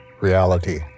reality